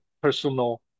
personal